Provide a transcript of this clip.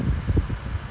like he stop